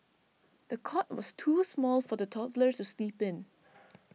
the cot was too small for the toddler to sleep in